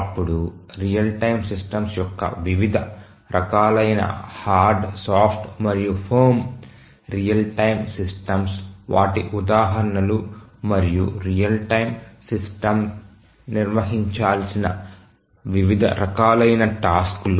అప్పుడు real time systems యొక్క వివిధ రకాలైన హార్డ్ సాఫ్ట్ మరియు ఫర్మ్ రియల్ టైమ్ సిస్టమ్స్ వాటి ఉదాహరణలు మరియు రియల్ టైమ్ సిస్టమ్ నిర్వహించాల్సిన వివిధ రకాలైన టాస్క్లు